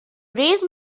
raise